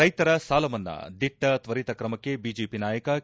ರೈತರ ಸಾಲ ಮನ್ನಾ ದಿಟ್ಟ ತ್ತರಿತ್ತ ಕ್ರಮಕ್ಷೆ ಬಿಜೆಪಿ ನಾಯಕ ಕೆ